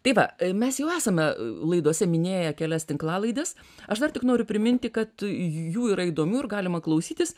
tai va mes jau esame laidose minėję kelias tinklalaides aš dar tik noriu priminti kad jų yra įdomių ir galima klausytis